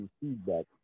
feedback